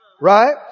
right